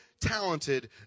talented